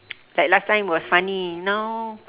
like last time it was funny now